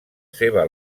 seva